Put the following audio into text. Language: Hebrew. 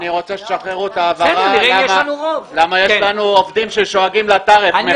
אני רוצה שתשחררו את ההעברה כי יש לנו עובדים ששואגים לטרף.